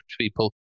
people